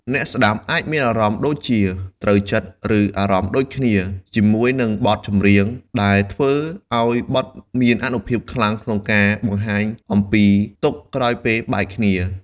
អ្នកស្តាប់អាចមានអារម្មណ៍ដូចជា "ត្រូវចិត្ត" ឬ "អារម្មណ៍ដូចគ្នា" ជាមួយនឹងបទចម្រៀង ដែលធ្វើឲ្យបទមានអានុភាពខ្លាំងក្នុងការបង្ហាញអំពីទុក្ខក្រោយពេលបែកគ្នា។